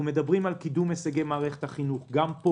אנחנו מדברים על קידום הישגי מערכת החינוך מדובר